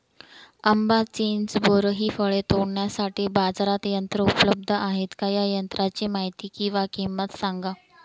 आंबा, चिंच, बोर हि फळे तोडण्यासाठी बाजारात यंत्र उपलब्ध आहेत का? या यंत्रांची माहिती व किंमत सांगा?